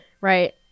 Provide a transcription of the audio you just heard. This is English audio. right